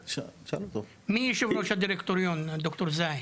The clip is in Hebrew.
--- מי יו"ר הדירקטוריון ד"ר זעי?